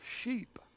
sheep